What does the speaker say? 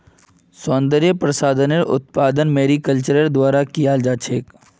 सौन्दर्य प्रसाधनेर उत्पादन मैरीकल्चरेर द्वारा कियाल जा छेक